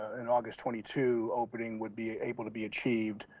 an august twenty two opening would be able to be achieved.